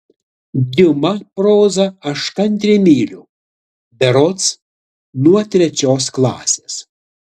diuma prozą aš kantriai myliu berods nuo trečios klasės